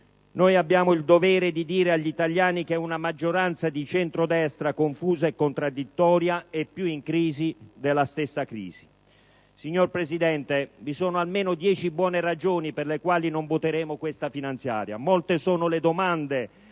Oggi abbiamo il dovere di dire agli italiani che una maggioranza di centrodestra confusa e contraddittoria è più in crisi della stessa crisi. Signor Presidente, vi sono almeno 10 buone ragioni per cui non voteremo questa finanziaria. Molte sono le domande